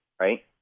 right